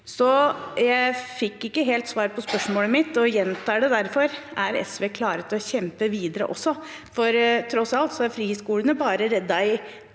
Jeg fikk ikke helt svar på spørsmålet mitt og gjentar det derfor: Er SV klare til å kjempe videre også? Tross alt er friskolene bare reddet i